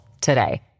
today